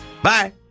Bye